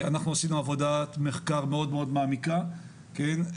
אנחנו עשינו עבודת מחקר מעמיקה מאוד,